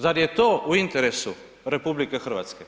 Zar je to u interesu RH?